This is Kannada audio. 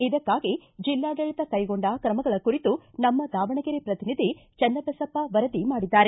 ಇದಕ್ಕಾಗಿ ಜಿಲ್ಲಾಡಳಿತ ಕೈಗೊಂಡ ಕ್ರಮಗಲ ಕುರಿತು ನಮ್ಮ ದಾವಣಗೆರೆ ಪ್ರತಿನಿಧಿ ಚನ್ನಬಸಪ್ಪ ವರದಿ ಮಾಡಿದ್ದಾರೆ